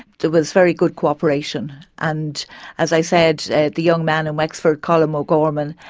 there was very good cooperation. and as i said, the young man in wexford, colm o'gorman,